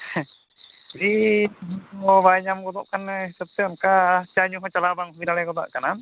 ᱦᱮᱸ ᱴᱷᱤᱠ ᱚᱱᱟ ᱠᱚ ᱵᱟᱭ ᱧᱟᱢ ᱜᱚᱫᱚᱜ ᱠᱟᱱᱟᱭ ᱚᱱᱟ ᱦᱤᱥᱟᱹᱵ ᱛᱮ ᱚᱱᱠᱟ ᱪᱟ ᱧᱩ ᱦᱚᱸ ᱪᱟᱞᱟᱣ ᱵᱟᱝ ᱦᱩᱭ ᱫᱟᱲᱮᱜ ᱜᱚᱫᱚᱜ ᱠᱟᱱᱟ